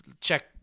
check